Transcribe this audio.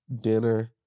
dinner